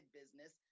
business